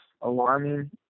alarming